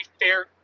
fair